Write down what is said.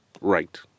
right